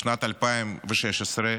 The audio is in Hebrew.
בשנת 2016,